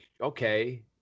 okay